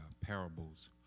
parables